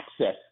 access